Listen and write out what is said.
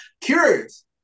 Curious